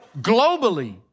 globally